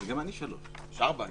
אני העברתי שלוש.